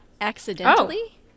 accidentally